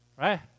Right